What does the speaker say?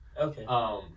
Okay